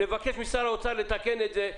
לבקש משר האוצר לתקן את זה.